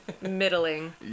middling